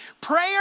Prayer